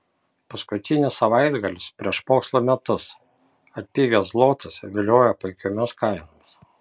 paskutinis savaitgalis prieš mokslo metus atpigęs zlotas vilioja puikiomis kainomis